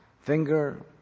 finger